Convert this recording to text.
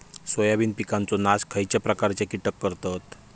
Soybean पिकांचो नाश खयच्या प्रकारचे कीटक करतत?